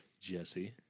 Jesse